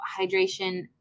hydration